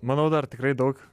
manau dar tikrai daug